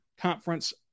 Conference